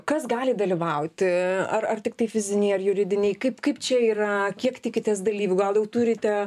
kas gali dalyvauti ar ar tiktai fiziniai ar juridiniai kaip kaip čia yra kiek tikitės dalyvių gal jau turite